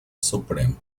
supremo